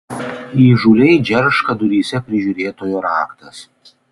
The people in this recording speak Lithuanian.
įžūliai džerška duryse prižiūrėtojo raktas